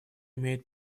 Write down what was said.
имеет